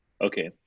Okay